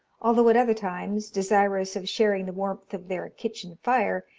although at other times, desirous of sharing the warmth of their kitchen fire,